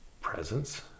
presence